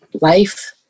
Life